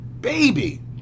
baby